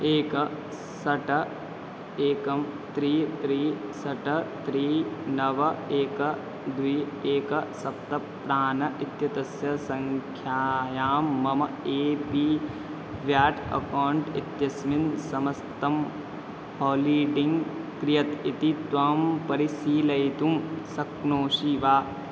एकं षट् एकं त्रीणि त्रीणि षट् त्रीणि नव एकं द्वे एकं सप्त प्रान इत्येतस्य सङ्ख्यायां मम ए पी व्याट् अकौण्ट् इत्यस्मिन् समस्तं होलीडिङ्ग् कियत् इति त्वं परिशीलयितुं शक्नोषि वा